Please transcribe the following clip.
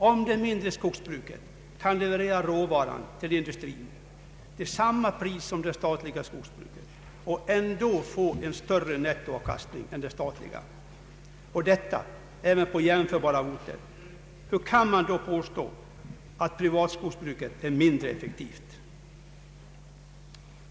Om det mindre skogsbruket kan leverera råvaran till industrin till samma pris som det statliga skogsbruket och ändå få en större nettoavkastning än det statliga — och detta även på jämförbara orter — hur kan man då påstå att privatskogsbruket är mindre effektivt?